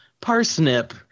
parsnip